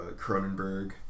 Cronenberg